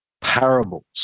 parables